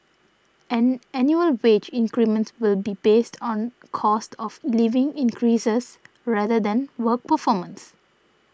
and annual wage increments will be based on cost of living increases rather than work performance